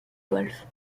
golf